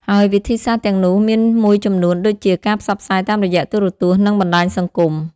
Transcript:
ហើយវិធីសាស្ត្រទាំងនោះមានមួយចំនួនដូចជា ការផ្សព្វផ្សាយតាមរយៈទូរទស្សន៍និងបណ្ដាញសង្គម។